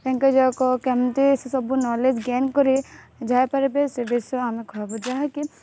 ତାଙ୍କ ଯାକ କେମିତି ସେ ସବୁ ନଲେଜ୍ ଗେନ୍ କରିବେ ଯାହା ପାରିବେ ସେ ବିଷୟ ଆମେ କହିବୁ ଯାହାକି